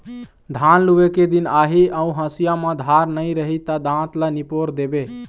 धान लूए के दिन आही अउ हँसिया म धार नइ रही त दाँत ल निपोर देबे